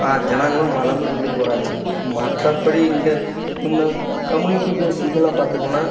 ஜனங்களும் வளர்ந்துகொண்டே போறாங்க மற்றபடி இங்கே கம்மியூனிட்டி பேசிக்களாக பார்த்துங்கலன்